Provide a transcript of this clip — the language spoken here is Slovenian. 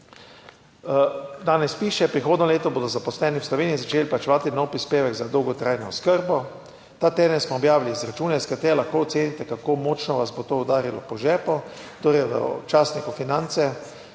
danes piše: "Prihodnje leto bodo zaposleni v Sloveniji začeli plačevati nov prispevek za dolgotrajno oskrbo. Ta teden smo objavili izračune, iz katere lahko ocenite, kako močno vas bo to udarilo po žepu." Torej, v časniku Finance